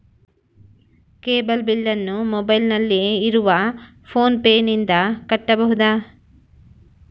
Cable ಬಿಲ್ಲನ್ನು ಮೊಬೈಲಿನಲ್ಲಿ ಇರುವ ಫೋನ್ ಪೇನಿಂದ ಕಟ್ಟಬಹುದಾ?